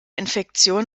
infektion